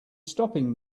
stopping